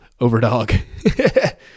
overdog